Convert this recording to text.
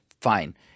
fine